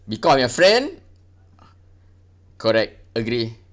become your friend correct agree